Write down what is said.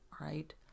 right